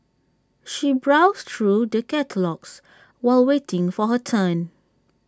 she browsed through the catalogues while waiting for her turn